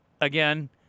again